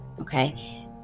okay